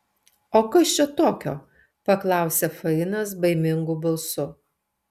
o kas čia tokio paklausė fainas baimingu balsu